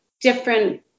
different